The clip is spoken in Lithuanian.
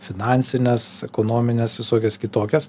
finansines ekonomines visokias kitokias